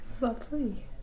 lovely